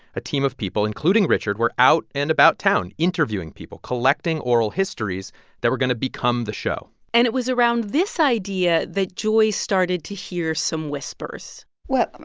a team of people, including richard, were out and about town interviewing people, collecting oral histories that were going to become the show and it was around this idea that joy started to hear some whispers whispers well,